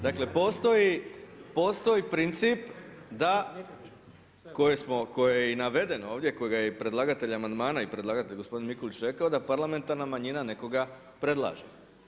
Dakle, postoji princip koji je i naveden ovdje, kojega je i predlagatelj amandmana i predlagatelj gospodin Mikulić rekao da parlamentarna manjina nekoga predlaže.